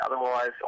Otherwise